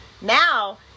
now